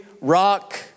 Rock